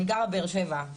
אני גרה בבאר שבע,